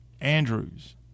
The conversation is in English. Andrews